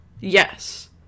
Yes